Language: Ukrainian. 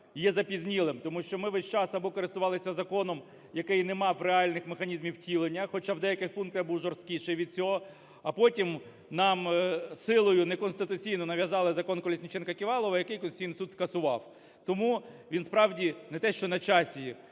є запізнілим, тому що ми весь час або користувалися законом, який не мав реальних механізмів втілення, хоча в деяких пунктах був жорсткіший від цього, а потім нам силоюнеконституційно нав'язали "Закон Колесніченка-Ківалова", який Конституційний Суд скасував. Тому він, справді, не те що на часі,